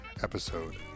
episode